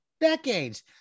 decades